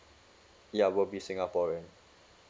ya will be singaporean